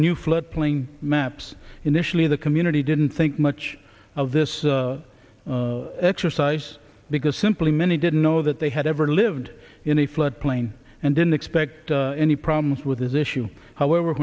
new flood plain maps initially the community didn't think much of this exercise because simply many didn't know that they had ever lived in a flood plain and didn't expect any problems with this issue however